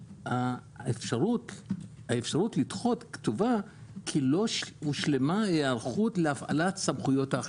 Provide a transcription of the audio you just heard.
האפשרות לדחות כתובה כי לא הושלמה היערכות להפעלת סמכויות האכיפה.